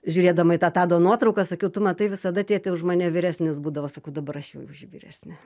žiūrėdama į tą tado nuotrauką sakiau tu matai visada tėtė už mane vyresnis būdavo sakau dabar aš jau už jį vyresnė